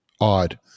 odd